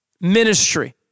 ministry